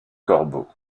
corbeaux